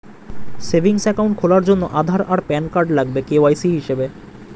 savings account খোলার জন্যে আধার আর প্যান কার্ড লাগবে কে.ওয়াই.সি হিসেবে